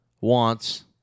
wants